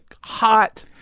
hot